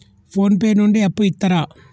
Phone pay నుండి అప్పు ఇత్తరా?